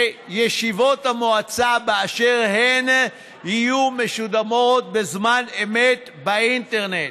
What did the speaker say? שישיבות המועצה באשר הן יהיו משודרות בזמן אמת באינטרנט.